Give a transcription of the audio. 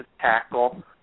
tackle